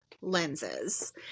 lenses